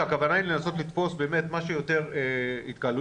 שהכוונה לנסות לתפוס באמת מה שיותר התקהלויות,